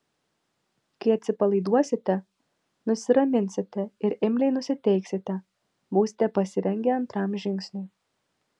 kai atsipalaiduosite nusiraminsite ir imliai nusiteiksite būsite pasirengę antram žingsniui